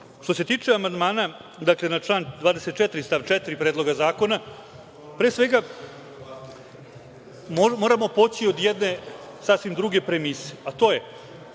se tiče amandmana, dakle, na član 24. stav 4. Predloga zakona, pre svega, moramo poći od jedne sasvim druge premise, a to je,